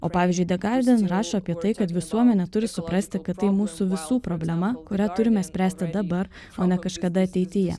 o pavyzdžiui de garden rašo apie tai kad visuomenė turi suprasti kad tai mūsų visų problema kurią turime spręsti dabar o ne kažkada ateityje